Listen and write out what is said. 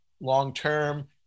long-term